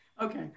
Okay